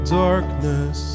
darkness